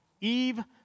Eve